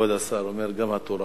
כבוד השר, אומר: גם התורה